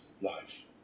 life